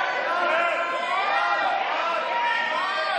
הצעת הוועדה המסדרת לבחור את חברי הכנסת מתן כהנא,